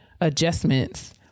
adjustments